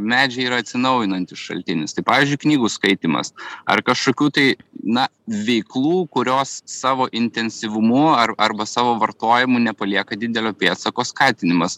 medžiai yra atsinaujinantis šaltinis tai pavyzdžiui knygų skaitymas ar kažkokių tai na veiklų kurios savo intensyvumu ar arba savo vartojimu nepalieka didelio pėdsako skatinimas